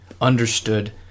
understood